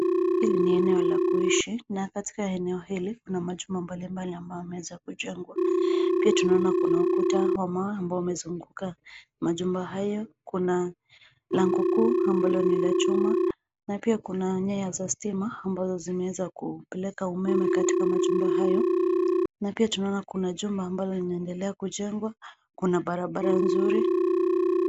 Hili ni eneo la kuishi, na katika eneo hili kuna majumba mbalimbali ambayo yameweza kujengwa. Pia tunaona kuna ukuta wa mawe ambao umezunguka majumba hayo. Kuna lango kuu ambalo ni la chuma na pia kuna nyaya ya stima ambazo zimeweza kupeleka umeme katika machumba hayo na pia tunaona kuna jumba ambalo linaendelea kujengwa, kuna barabara nzuri.